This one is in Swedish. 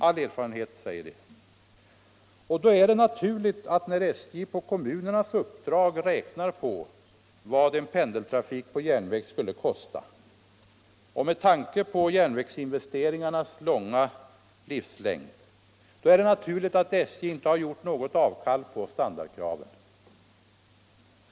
All erfarenhet säger det. Med tanke på järnvägsinvesteringarnas långa livslängd är det naturligt att man när man inom SJ på kommunernas uppdrag räknar på vad en pendeltrafik på järnväg skulle kosta inte gjort något avkall på standardkraven.